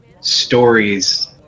stories